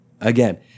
Again